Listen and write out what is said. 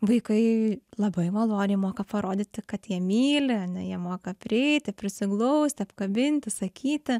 vaikai labai maloniai moka parodyti kad jie myli ar ne jie moka prieiti prisiglausti apkabinti sakyti